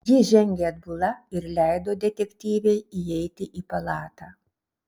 ji žengė atbula ir leido detektyvei įeiti į palatą